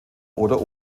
oder